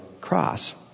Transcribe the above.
cross